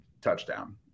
touchdown